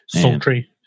Sultry